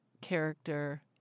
character